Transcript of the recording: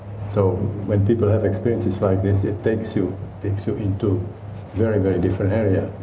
so when people have experiences like this it takes you into into very, very different area.